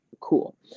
cool